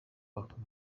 bakomeje